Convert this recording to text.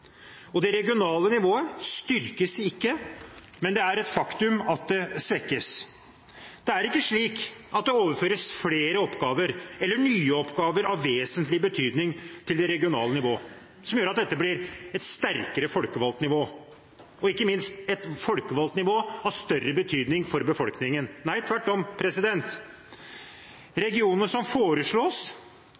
og det regionale nivået styrkes ikke, det er et faktum at det svekkes. Det er ikke slik at det overføres flere oppgaver eller nye oppgaver av vesentlig betydning til det regionale nivå som gjør at dette blir et sterkere folkevalgt nivå og ikke minst et folkevalgt nivå av større betydning for befolkningen – nei, tvert om: Regionene som foreslås,